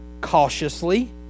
cautiously